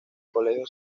colegio